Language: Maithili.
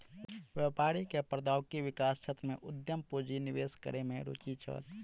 व्यापारी के प्रौद्योगिकी विकास क्षेत्र में उद्यम पूंजी निवेश करै में रूचि छल